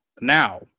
Now